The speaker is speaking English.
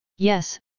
Yes